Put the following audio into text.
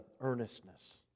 earnestness